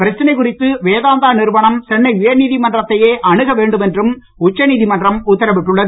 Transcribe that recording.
பிரச்சனை குறித்து வேதாந்தா நிறுவனம் சென்னை உயர்நீதிமன்றத்தையே அணுக வேண்டும் என்றும் உச்சநீதிமன்றம் உத்தரவிட்டுள்ளது